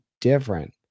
different